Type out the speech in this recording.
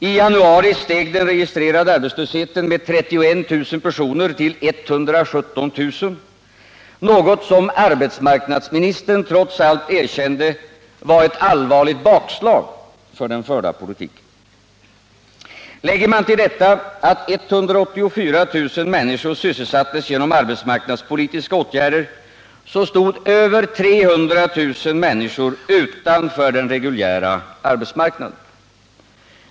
I januari steg den registrerade arbetslösheten med 31 000 personer till 117 000, något som arbetsmarknadsministern trots allt erkände var ett allvarligt bakslag för den förda politiken. Lägger man till detta att 184 000 människor sysselsattes genom arbetsmarknadspolitiska åtgärder, stod över 300 000 personer utanför den reguljära arbetsmarknaden.